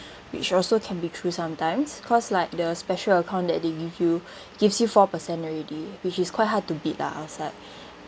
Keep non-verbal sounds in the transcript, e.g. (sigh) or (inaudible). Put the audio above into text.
which also can be true sometimes cause like the special account that they give you (breath) gives you four percent already which is quite hard to beat lah outside